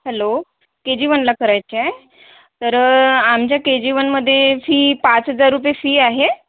hello K G वनला करायची आहे तर आमच्या के जी वनमध्ये फी पाच हजार रुपये फी आहे